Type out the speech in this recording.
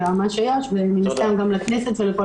יועמ"ש איו"ש ומן הסתם גם לכנסת ולכל